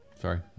sorry